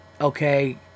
okay